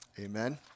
Amen